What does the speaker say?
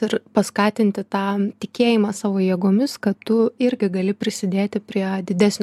ir paskatinti tą tikėjimą savo jėgomis kad tu irgi gali prisidėti prie didesnio